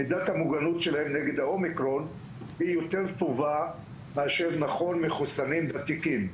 מידת המוגנות שלהם נגד האומיקרון היא יותר טובה מאשר מחוסנים ותיקים.